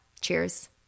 Cheers